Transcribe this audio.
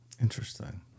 Interesting